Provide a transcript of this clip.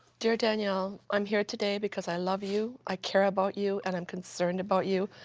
dear danielle, i'm here today because i love you, i care about you, and i'm concerned about you,